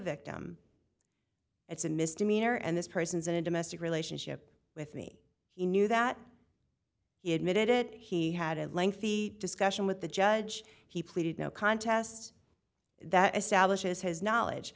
victim it's a misdemeanor and this person is in a domestic relationship with me he knew that it made it he had a lengthy discussion with the judge he pleaded no contest that establishes his knowledge